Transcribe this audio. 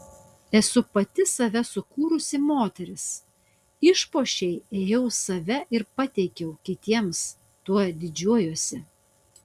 esu pati save sukūrusi moteris išpuošei ėjau save ir pateikiau kitiems tuo didžiuojuosi